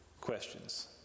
questions